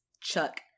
chuck